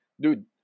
dude